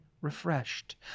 refreshed